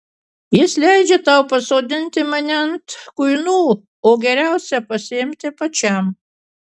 jis leidžia tau pasodinti mane ant kuinų o geriausią pasiimti pačiam